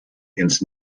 ins